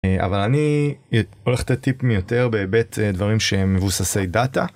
אבל אני הולך לתת טיפים יותר בהיבט דברים שהם מבוססי דאטה.